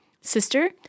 Sister